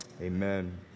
amen